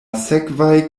sekvaj